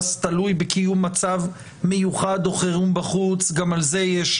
תלוי בקיום מצב מיוחד או חירום בחוץ- גם על זה יש